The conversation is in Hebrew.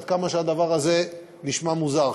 עד כמה שהדבר הזה נשמע מוזר.